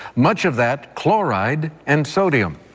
much of that chloride and sodium.